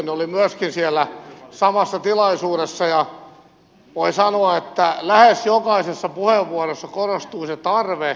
olin myöskin siellä samassa tilaisuudessa ja voin sanoa että lähes jokaisessa puheenvuorossa korostui se että tarve uudistamiseen on olemassa